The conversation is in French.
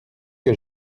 que